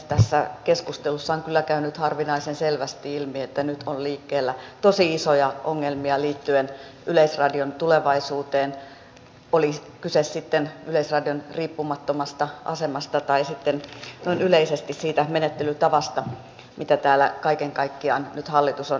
tässä keskustelussa on kyllä käynyt harvinaisen selvästi ilmi että nyt on liikkeellä tosi isoja ongelmia liittyen yleisradion tulevaisuuteen oli kyse sitten yleisradion riippumattomasta asemasta tai sitten noin yleisesti siitä menettelytavasta mitä täällä kaiken kaikkiaan nyt hallitus on valinnut